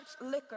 liquor